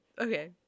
okay